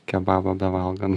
kebabą bevalgan